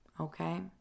Okay